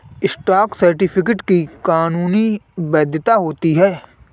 stock certificate की कानूनी वैधता होती है